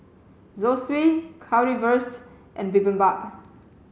Zosui Currywurst and Bibimbap